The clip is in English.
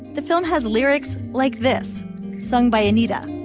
the film has lyrics like this sung by anita.